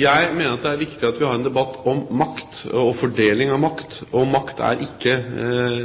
Jeg mener det er viktig at vi har en debatt om makt og fordeling av makt. Makt er ikke